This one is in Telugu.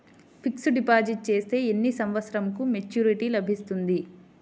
ఫిక్స్డ్ డిపాజిట్ చేస్తే ఎన్ని సంవత్సరంకు మెచూరిటీ లభిస్తుంది?